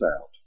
out